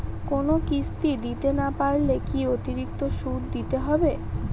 কোনো কিস্তি দিতে না পারলে কি অতিরিক্ত সুদ দিতে হবে?